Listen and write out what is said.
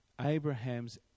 Abraham's